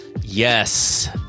Yes